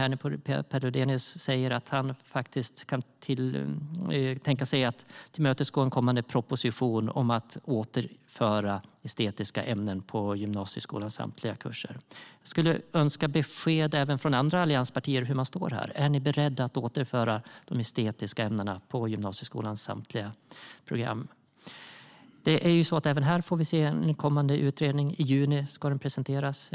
Per Lodenius säger att han faktiskt kan tänka sig att tillmötesgå en kommande proposition om att återföra estetiska ämnen till gymnasieskolans samtliga kurser. Jag skulle önska besked även från andra allianspartier om hur de står i frågan. Är ni beredda att återföra de estetiska ämnena till gymnasieskolans samtliga program? Även här får vi se en kommande utredning. Den ska presenteras i juni.